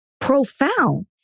profound